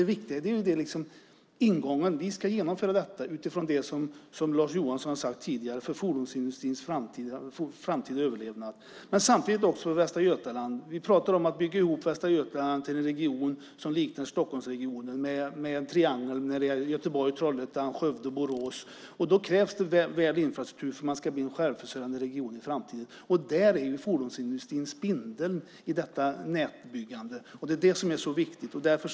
Det viktiga är dock ingången, att vi genomför detta för fordonsindustrins framtida överlevnad. Samtidigt talar vi om att bygga ihop Västra Götaland till en region som liknar Stockholmsregionen. Den regionen skulle omfatta Göteborg-Trollhättan-Skövde-Borås. För att i framtiden kunna bli en självförsörjande region krävs en god infrastruktur, och i det nätbyggandet är fordonsindustrin spindeln.